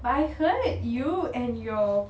but I heard you and your